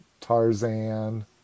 Tarzan